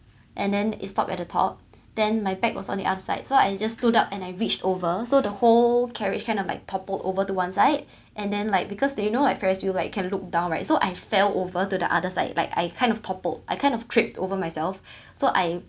and then it stopped at the top then my bag was on the outside so I just stood up and I reached over so the whole carriage kind of like toppled over to one side and then like because do you know at ferris wheel like can look down right so I fell over to the other side like I kind of toppled I kind of tripped over myself so I